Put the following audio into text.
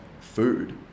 food